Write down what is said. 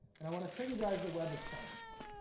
and i want to show you guys the web of science.